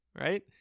right